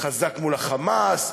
חזק מול ה"חמאס",